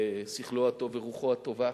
בשכלו הטוב ורוחו הטובה,